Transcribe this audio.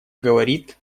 говорит